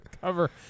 cover